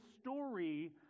story